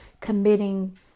Committing